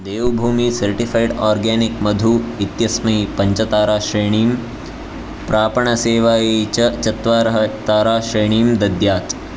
देवभूमी certified organic मधु इत्यस्मै पञ्चताराश्रेणीं प्रापणसेवायै च चत्वारः ताराश्रेणीं दद्यात्